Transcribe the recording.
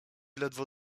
ledwo